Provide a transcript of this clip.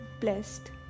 blessed